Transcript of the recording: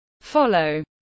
follow